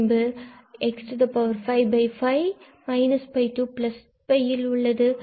பின்பு நம்மிடம் ஆகியவை x55 to உள்ளது